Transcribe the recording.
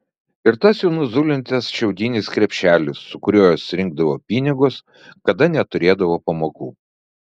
ir tas jų nuzulintas šiaudinis krepšelis su kuriuo jos rinkdavo pinigus kada neturėdavo pamokų